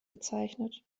bezeichnet